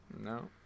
No